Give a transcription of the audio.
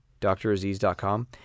draziz.com